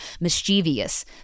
mischievous